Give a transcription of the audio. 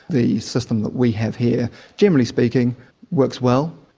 the system that we have here generally speaking works well,